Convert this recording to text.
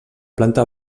planta